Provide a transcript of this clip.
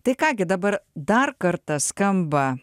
tai ką gi dabar dar kartą skamba